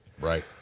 Right